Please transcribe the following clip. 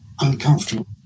uncomfortable